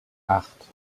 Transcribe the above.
acht